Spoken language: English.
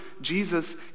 Jesus